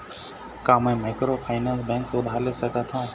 का मैं microfinance bank से उधार ले सकत हावे?